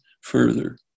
further